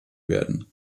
werden